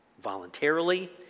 Voluntarily